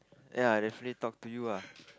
ya I definitely talk to you ah